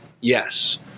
Yes